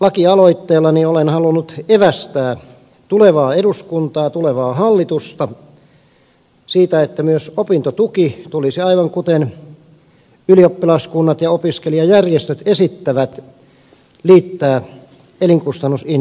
lakialoitteellani olen halunnut evästää tulevaa eduskuntaa ja tulevaa hallitusta siitä että myös opintotuki tulisi aivan kuten ylioppilaskunnat ja opiskelijajärjestöt esittävät liittää elinkustannusindeksiin